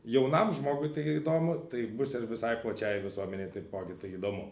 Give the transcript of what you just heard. jaunam žmogui tai įdomu tai bus ir visai plačiajai visuomenei taipogi tai įdomu